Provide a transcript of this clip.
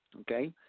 Okay